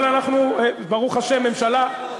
אבל אנחנו, ברוך השם, ממשלה, לא,